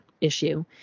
issue